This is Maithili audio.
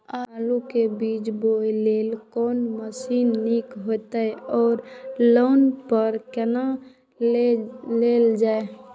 आलु बीज बोय लेल कोन मशीन निक रहैत ओर लोन पर केना लेल जाय?